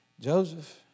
Joseph